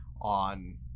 on